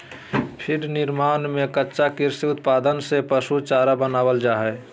feed निर्माण में कच्चा कृषि उत्पाद से पशु चारा बनावल जा हइ